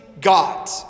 God